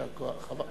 יישר כוח.